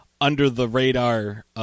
under-the-radar